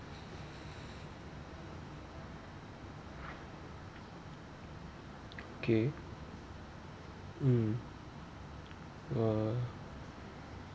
K mm one